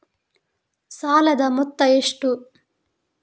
ಸಾಲದ ಮೊತ್ತ ಎಷ್ಟು?